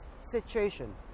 situation